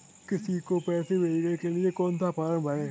किसी को पैसे भेजने के लिए कौन सा फॉर्म भरें?